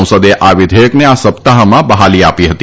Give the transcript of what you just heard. સંસદે આ વિધેયકને આ સપ્તાહમાં બહાલી આપી હતી